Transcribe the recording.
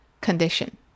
condition